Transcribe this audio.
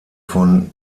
von